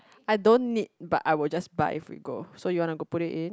I don't need but I will just buy if we go so you wanna go put it in